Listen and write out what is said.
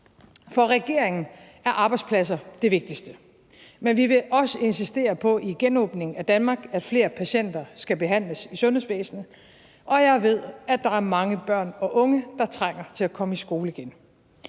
For regeringen er arbejdspladser det vigtigste. Men vi vil også insistere på i genåbningen af Danmark, at flere patienter skal behandles i sundhedsvæsenet, og jeg ved, at der er mange børn og unge, der trænger til at komme i skole igen.